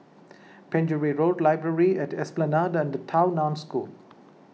Penjuru Road Library at Esplanade and Tao Nan School